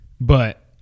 But-